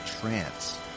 trance